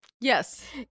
Yes